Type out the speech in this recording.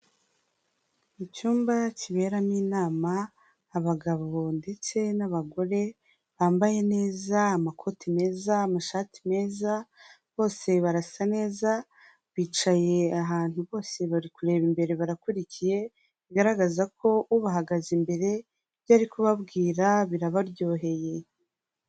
Icyumba kiberamo inama, abagabo ndetse n'abagore bambaye neza amakoti meza, amashati meza, bose barasa neza, bicaye ahantu bose bari kureba imbere barakurikiye, bigaragaza ko ubahagaze imbere ibyo ari kubabwira birabaryoheye.